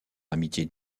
amitié